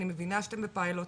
אני מבינה שאתם בפיילוט.